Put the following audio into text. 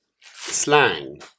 Slang